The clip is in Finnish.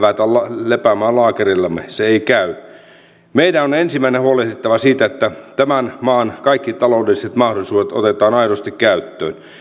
lepäämään laakereillamme se ei käy meidän on ensimmäisenä huolehdittava siitä että tämän maan kaikki taloudelliset mahdollisuudet otetaan aidosti käyttöön